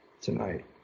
tonight